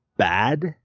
bad